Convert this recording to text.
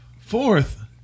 Fourth